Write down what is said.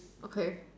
okay